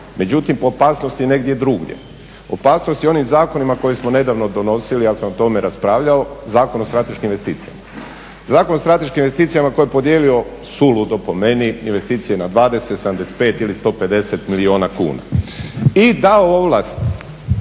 međutim opasnost je negdje drugdje. Opasnost je u onim zakonima koje smo nedavno donosili, ja sam o tome raspravljao, Zakon o strateškim investicijama. Zakon o strateškim investicijama koji je podijelio suludo po meni, investicije na 20, 75 ili 150 milijuna kuna i dao ovlast